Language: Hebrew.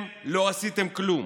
לא עשיתם כלום.